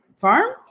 farm